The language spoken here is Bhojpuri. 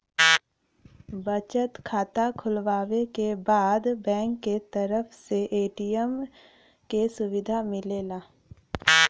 बचत खाता खुलवावे के बाद बैंक क तरफ से ए.टी.एम क सुविधा मिलला